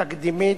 תקדימית,